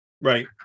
right